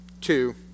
Two